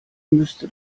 müsste